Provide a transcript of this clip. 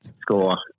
score